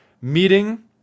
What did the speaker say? meeting